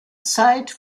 zeit